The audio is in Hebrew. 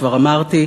כבר אמרתי,